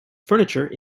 furniture